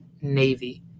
Navy